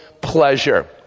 pleasure